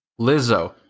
Lizzo